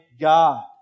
God